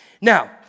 Now